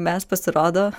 mes pasirodo